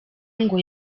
ngo